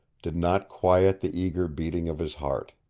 did not quiet the eager beating of his heart.